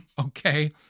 Okay